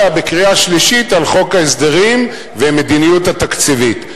בקריאה שלישית על חוק ההסדרים והמדיניות התקציבית.